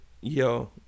yo